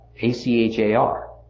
A-C-H-A-R